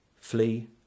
Flee